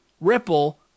Ripple